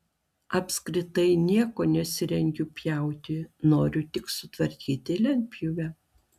apskritai nieko nesirengiu pjauti noriu tik sutvarkyti lentpjūvę